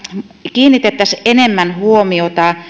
kiinnitettäisiin enemmän huomiota